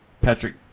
Patrick